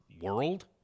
world